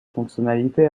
fonctionnalités